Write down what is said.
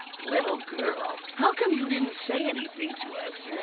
little girl how come you didn't say anything to us,